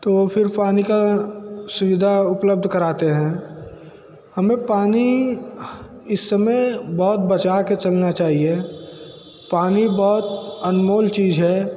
तो वो फिर पानी का सुविधा उपलब्ध कराते हैं हमें पानी इस समय बहुत बचा के चलना चाहिए पानी बहुत अनमोल चीज़ है